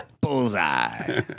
bullseye